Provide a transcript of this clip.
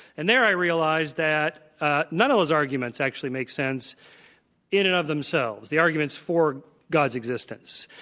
and there i realized that none of those arguments actually make sense in and of themselves, the arguments for god's existence.